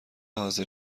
حاضر